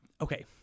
Okay